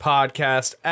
Podcast